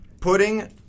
putting